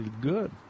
Good